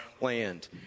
land